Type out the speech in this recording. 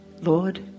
Lord